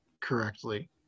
correctly